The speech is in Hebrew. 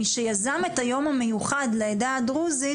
מי שיזם את היום המיוחד לעדה הדרוזית